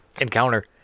encounter